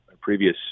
previous